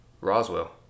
Roswell